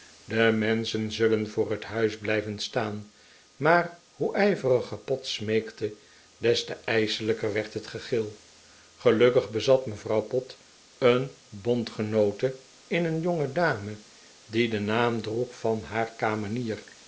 de menschen zullen voor het huis blijven staan maar hoe ijveriger pott smeekte des te ijselijker werd het gegil gelukkig bezat mevrouw pott een bondgenoote in een jongedame die den naam droeg van haar kamenier